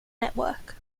network